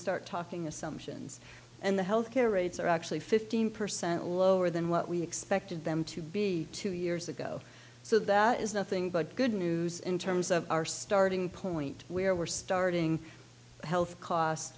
start talking assumptions and the health care rates are actually fifteen percent lower than what we expected them to be two years ago so that is nothing but good news in terms of our starting point where we're starting health cost